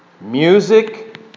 music